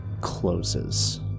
closes